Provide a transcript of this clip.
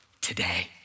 Today